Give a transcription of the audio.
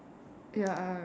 ya I